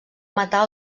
matar